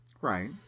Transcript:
Right